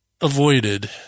Avoided